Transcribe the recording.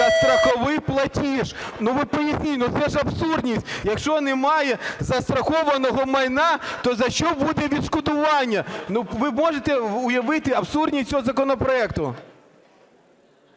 та "страховий платіж"? Ну, ви поясніть, ну, це ж абсурдність. Якщо немає застрахованого майна, то за що буде відшкодування? Ну, ви можете уявити абсурдність цього законопроекту?